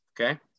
okay